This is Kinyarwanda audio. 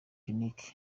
nic